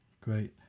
Great